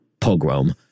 pogrom